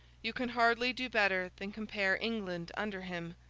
you can hardly do better than compare england under him,